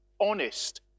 honest